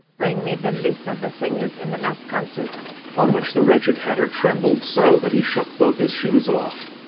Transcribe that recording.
bring me the list of the singers in the last concert on which the wretched hatter trembled so, that he shook both his shoes off.